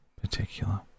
particular